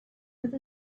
with